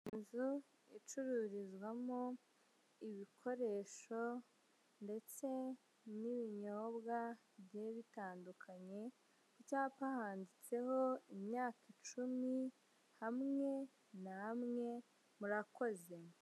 Inzu, icururizwamo, ibikoresho, ndetse n'ibinyobwa bigiye bitandukanye, ku cyapa handitseho imyaka icumi, hamwe namwe, murakoze.